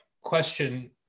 question